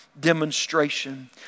demonstration